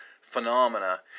Phenomena